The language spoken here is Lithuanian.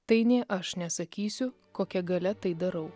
tai nei aš nesakysiu kokia galia tai darau